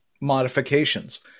modifications